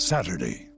Saturday